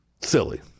Silly